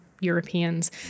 Europeans